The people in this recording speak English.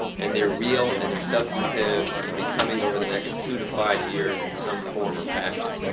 and they're real and they're substantive and they'll be coming over the next two to five years in some form or fashion.